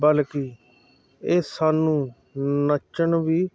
ਬਲਕਿ ਇਹ ਸਾਨੂੰ ਨੱਚਣ ਵੀ